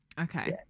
Okay